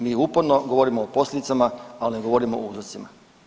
Mi uporno govorimo o posljedicama, ali ne govorimo o uzrocima.